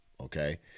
Okay